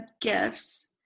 gifts